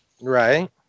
Right